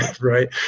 right